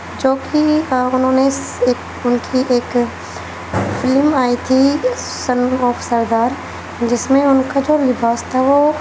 جو کہ انہوں نے ان کی ایک فلم آئی تھی سن آف سردار جس میں ان کا جو لباس تھا وہ